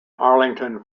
arlington